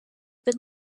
been